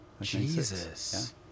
Jesus